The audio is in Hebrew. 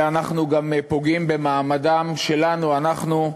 ואנחנו גם פוגעים במעמדנו שלנו, אנחנו,